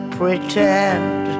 pretend